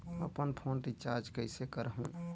अपन phone recharge कइसे करहु?